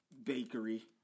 Bakery